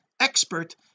expert